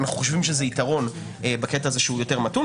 אנחנו חושבים שזה יתרון שהוא מתון יותר,